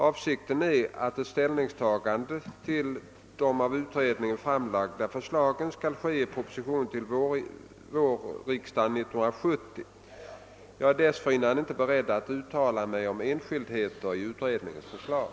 Avsikten är att ett ställningstagande till de av utredningen framlagda förslagen skall ske i proposition till riksdagen våren 1970. Jag är dessförinnan inte beredd att uttala mig om enskildheter i utredningens förslag.